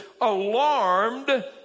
Alarmed